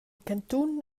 cantun